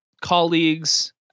colleagues